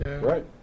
right